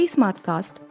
Smartcast